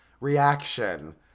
reaction